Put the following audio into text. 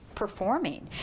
performing